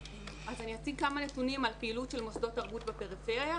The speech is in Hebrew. אני אציג כמה נתונים על פעילות של מוסדות תרבות בפריפריה.